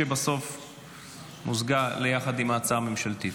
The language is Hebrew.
שבסוף מוזגה ביחד עם ההצעה הממשלתית.